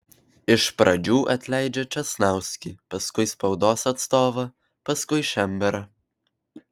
iš pradžių atleidžia česnauskį paskui spaudos atstovą paskui šemberą